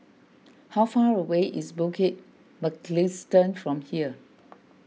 how far away is Bukit Mugliston from here